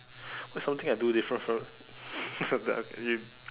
what's something I do different from that I you